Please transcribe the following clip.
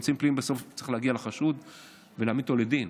באמצעים הפליליים בסוף צריך להגיע לחשוד ולהעמיד אותו לדין,